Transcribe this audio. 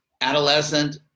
adolescent